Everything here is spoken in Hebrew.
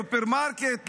לסופרמרקט,